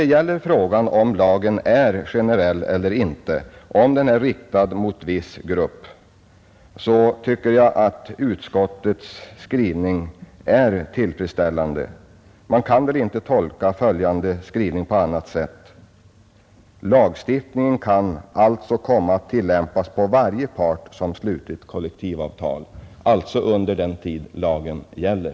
Beträffande frågan om lagen är generell eller om den är riktad mot viss grupp så tycker jag att utskottets skrivning är tillfredsställande. Man kan väl inte tolka följande skrivning på annat sätt: ”Lagstiftningen kan alltså komma att tillämpas på varje part som slutit kollektivavtal” — alltså under den tid lagen gäller.